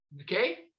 Okay